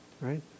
right